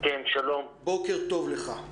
בוקר טוב לך.